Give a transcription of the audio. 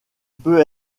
peut